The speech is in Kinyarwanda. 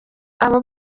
abo